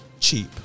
cheap